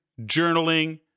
journaling